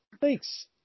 Thanks